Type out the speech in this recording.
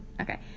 Okay